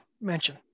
mention